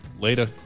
Later